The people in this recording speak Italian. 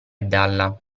dalla